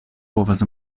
povas